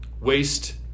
waste